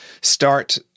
start